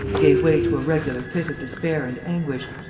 gave way to a regular fit of despair and anguish,